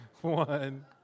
one